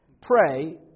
pray